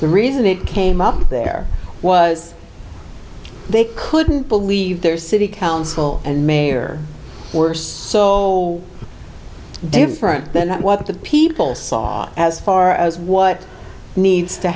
the reason it came up there was they couldn't believe their city council and mayor were so different than what the people saw as far as what needs to